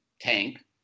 tank